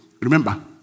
remember